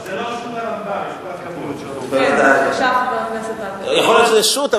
יכול להיות שזה שו"ת,